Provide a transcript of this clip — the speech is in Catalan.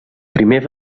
primer